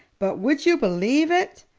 but would you believe it?